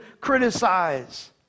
criticize